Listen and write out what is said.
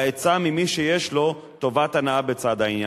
עצה ממי שיש לו טובת הנאה בצד העניין.